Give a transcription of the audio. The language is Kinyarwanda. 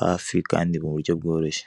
hafi kandi muburyo bworoshye.